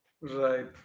right